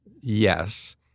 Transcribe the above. yes